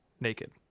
naked